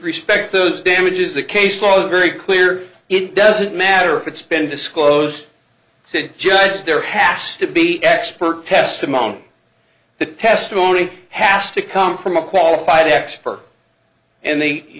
respect to those damages the case law is very clear it doesn't matter if it's been disclosed said just there hast to be expert testimony the testimony has to come from a qualified expert and they